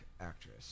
actress